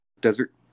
desert